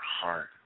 heart